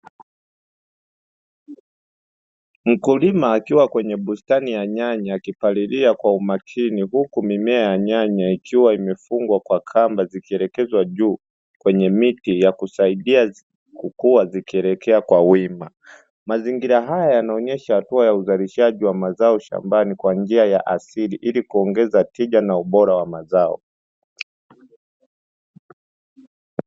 Mkulima akiwa kwenye bustani ya nyanya akipalilia kwa umakini huku mimea ya nyanya ikiwa imefungwa kwa kamba zikielekezwa juu kwenye miti ya kusaidia kukua zikielekea kwa wima. Mazingira haya yanaonesha hatua ya uzalishaji wa mazao shambani kwa njia ya asili ili kuongeza tija na ubora wa mazao.